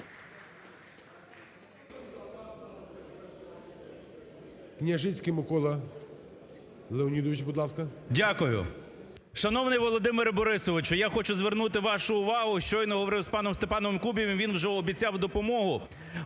Дякую. Шановний Володимире Борисовичу, я хочу звернути вашу увагу. Щойно говорив з паном Степаном Кубівим, він вже обіцяв допомогу.